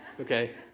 Okay